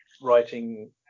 writing